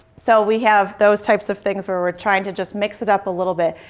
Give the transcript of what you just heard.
so we have those types of things where we're trying to just mix it up a little bit,